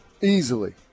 Easily